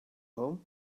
home